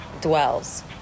dwells